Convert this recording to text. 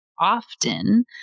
often